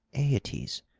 aeetes,